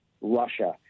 Russia